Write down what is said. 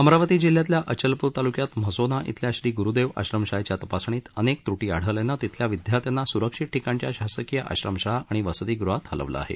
अमरावती जिल्ह्यातल्या अचलपुर तालुक्यात म्हसोना इथल्या श्री गुरुदेव आश्रमशाळेच्या तपासणीत अनेक त्रूटी आढळल्यानं तिथल्या विद्यार्थ्यांनां सुरक्षित ठिकाणच्या शासकीय आश्रमशाळा आणि वसतिगृहात हलवलं आहे